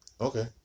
okay